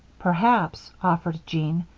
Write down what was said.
perhaps, offered jean,